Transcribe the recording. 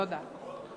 תודה.